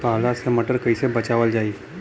पाला से मटर कईसे बचावल जाई?